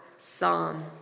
psalm